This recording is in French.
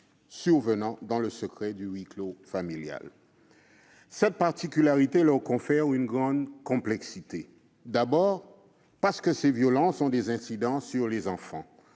surviennent dans le secret du huis clos familial. Cette particularité leur confère une grande complexité. D'abord, parce que ces violences ont des incidences sur les enfants